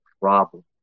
problem